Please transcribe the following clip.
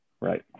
Right